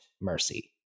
mercy